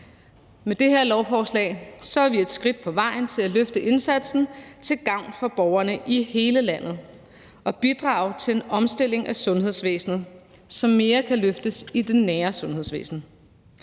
Med det her lovforslag er vi et skridt på vejen til at løfte indsatsen til gavn for borgerne i hele landet og bidrage til en omstilling af sundhedsvæsenet, så mere kan løftes i det nære sundhedsvæsen.